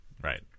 right